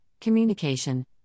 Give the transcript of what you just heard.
communication